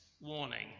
warning